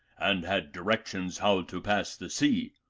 and had directions how to pass the sea?